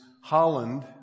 Holland